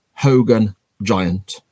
Hogan-Giant